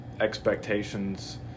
expectations